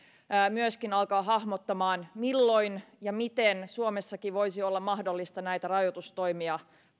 myöskin alkaa hahmottamaan milloin ja miten suomessakin voisi olla mahdollista näitä rajoitustoimia